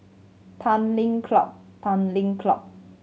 Tanglin Club Tanglin Club